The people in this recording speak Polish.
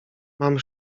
mam